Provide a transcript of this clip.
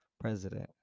president